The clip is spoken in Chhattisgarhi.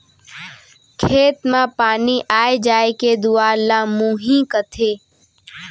खेत म पानी आय जाय के दुवार ल मुंही कथें